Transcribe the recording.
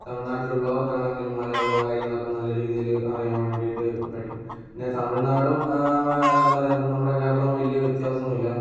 തമിഴ്നാട്ടിൽ ഉള്ളവർക്കാണെങ്കിലും മലയാളവും കാര്യങ്ങളൊക്കെ നല്ല രീതിയിൽ അറിയാൻ വേണ്ടിയിട്ട് പറ്റും പിന്നെ തമിഴ്നാടും എന്താ പറയുക തമിഴ്നാടും പിന്നെ നമ്മുടെ കേരളം തമ്മിൽ വലിയ വ്യത്യാസമൊന്നുമില്ല